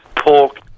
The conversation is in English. Pork